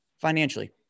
financially